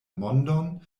mondon